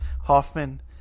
Hoffman